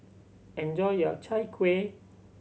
enjoy your Chai Kueh